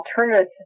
alternative